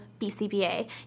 BCBA